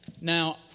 Now